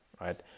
right